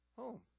home